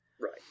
right